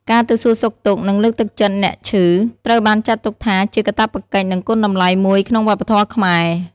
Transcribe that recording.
ការទៅសួរសុខទុក្ខ និងលើកទឹកចិត្តអ្នកឈឺ ត្រូវបានចាត់ទុកថាជាកាតព្វកិច្ច និងគុណតម្លៃមួយក្នុងវប្បធម៌ខ្មែរ។